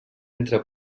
entre